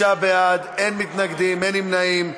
36 בעד, אין מתנגדים, אין נמנעים.